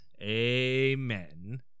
Amen